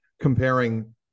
comparing